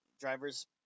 driver's